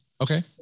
Okay